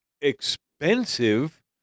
expensive